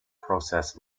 process